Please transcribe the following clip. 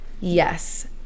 Yes